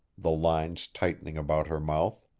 the lines tightening about her mouth.